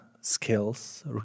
skills